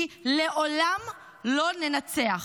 כי לעולם לא ננצח.